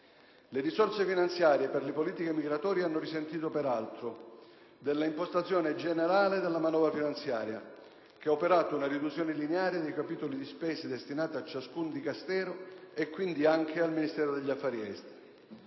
Le risorse finanziarie per le politiche migratorie hanno risentito, peraltro, dell'impostazione generale della manovra finanziaria che ha operato una riduzione lineare dei capitoli di spesa destinati a ciascun Dicastero e, quindi, anche al Ministero degli affari esteri.